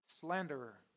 Slanderer